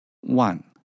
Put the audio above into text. One